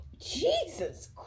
Jesus